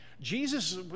Jesus